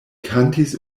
kantis